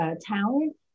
talent